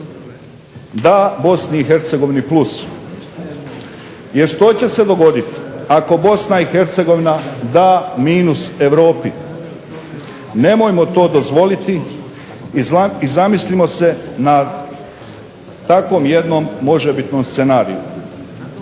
da BiH plus. Jer što će se dogoditi ako BiH da minus Europi? Nemojmo to dozvoliti i zamislimo se nad takvim jednim možebitnim scenarijem.